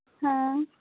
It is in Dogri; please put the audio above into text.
हां